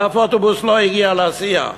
אף אוטובוס לא הגיע להסיע.